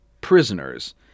prisoners